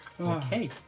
Okay